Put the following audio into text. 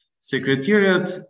Secretariat